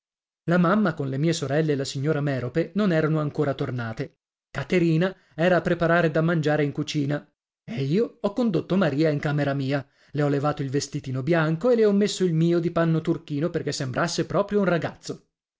la mamma con le mie sorelle e la signora merope non erano ancora tornate caterina era a preparare da mangiare in cucina e io ho condotto maria in camera mia le ho levato il vestitino bianco e le ho messo il mio di panno turchino perché sembrasse proprio un ragazzo